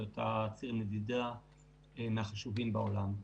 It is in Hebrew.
בהיותה ציר נדידה מהחשובים בעולם.